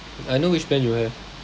I know which plan you have